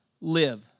live